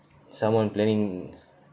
someone planning